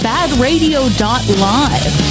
BadRadio.Live